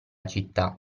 città